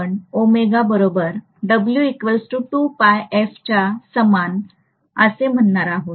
तर हे आपण ओमेगा बरोबर w 2πf च्या समान असे म्हणणार आहोत